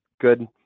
good